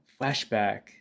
flashback